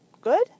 Good